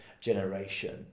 generation